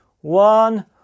one